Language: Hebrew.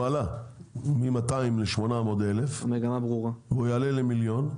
עלה מ-200 אלף ל-800 אלף והוא יעלה למיליון,